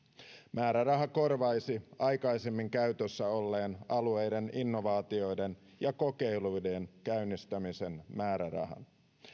määräraha korvaisi aikaisemmin käytössä olleen alueiden innovaatioiden ja kokeiluiden käynnistämisen määrärahan